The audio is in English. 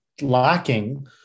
lacking